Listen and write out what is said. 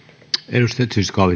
arvoisa